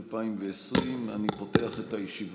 20 ביולי 2020. אני פותח את הישיבה.